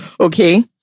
Okay